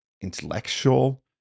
intellectual